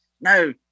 no